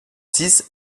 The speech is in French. six